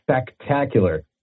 spectacular